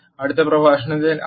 അടുത്ത പ്രഭാഷണത്തിൽ ആർ